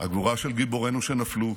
הגבורה של גיבורינו שנפלו.